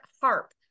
harp